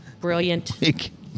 Brilliant